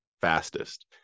fastest